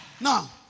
Now